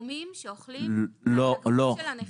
סכומים שאוכלים את התגמול של הנכה.